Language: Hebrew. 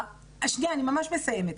שנייה, אני ממש מסיימת.